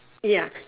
ya